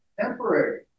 Temporary